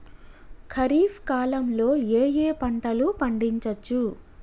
ఖరీఫ్ కాలంలో ఏ ఏ పంటలు పండించచ్చు?